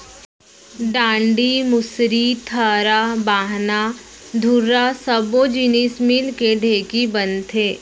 डांड़ी, मुसरी, थरा, बाहना, धुरा सब्बो जिनिस मिलके ढेंकी बनथे